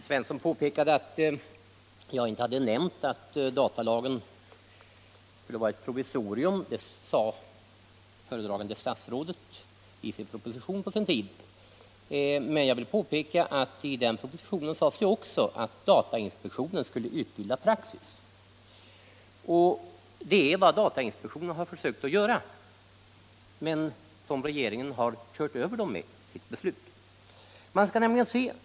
Herr talman! Herr Svensson i Eskilstuna framhöll att jag inte nämnt att datalagen skulle vara ett provisorium. Det sade föredragande statsrådet på sin tid i propositionen. Men jag vill påpeka att i den propositionen sades det också att datainspektionen skulle bilda praxis. Det är vad datainspektionen försökt att göra. Men regeringen har kört över den med sitt beslut.